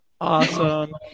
awesome